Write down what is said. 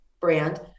brand